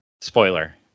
spoiler